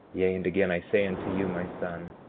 yea, and again i say unto you, my son,